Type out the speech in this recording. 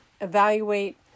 evaluate